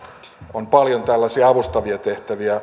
on paljon tällaisia avustavia tehtäviä